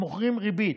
הם מוכרים ריבית.